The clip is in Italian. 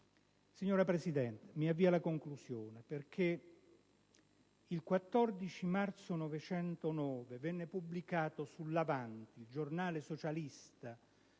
Signora Presidente, mi avvio alla conclusione, perché il 14 marzo 1909 venne pubblicato sul quotidiano «Avanti!», giornale socialista